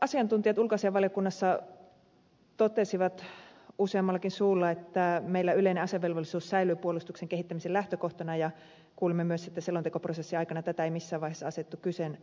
asiantuntijat ulkoasiainvaliokunnassa totesivat useammallakin suulla että meillä yleinen asevelvollisuus säilyy puolustuksen kehittämisen lähtökohtana ja kuulimme myös että selontekoprosessin aikana tätä ei missään vaiheessa asetettu kyseenalaiseksi